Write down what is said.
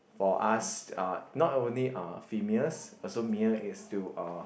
for us uh not only uh females also male is to uh